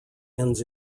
ends